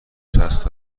چسب